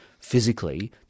physically